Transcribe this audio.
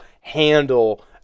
handle